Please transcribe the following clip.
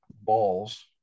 balls